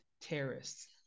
terrorists